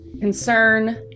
Concern